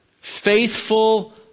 faithful